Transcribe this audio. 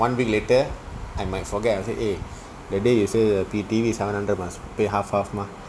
one week later I might forget I say eh that day you say the T_V is seven hundred mah must pay half half mah